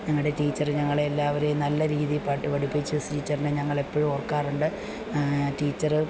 ഞങ്ങളുടെ ടീച്ചർ ഞങ്ങളെ എല്ലാവരെയും നല്ല രീതിയിൽ പാട്ടുപഠിപ്പിച്ചു ടീച്ചറിനെ ഞങ്ങൾ എപ്പോഴും ഓർക്കാറുണ്ട് ടീച്ചര്